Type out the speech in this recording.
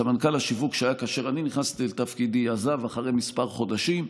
סמנכ"ל השיווק שהיה כאשר אני נכנסתי לתפקידי עזב אחרי כמה חודשים.